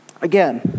Again